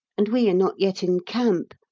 and we are not yet in camp.